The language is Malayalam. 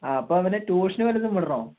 ആ അപ്പോൾ അവനെ ടൂഷന് വല്ലതും വിടണോ